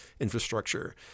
infrastructure